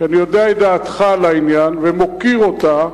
שאני יודע את דעתך על העניין ומוקיר אותה.